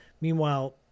Meanwhile